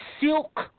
Silk